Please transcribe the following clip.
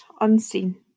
unseen